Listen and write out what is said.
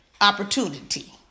opportunity